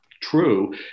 True